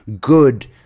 good